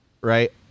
right